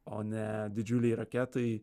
o ne didžiulei raketai